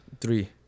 Three